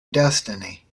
destiny